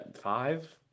five